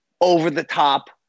over-the-top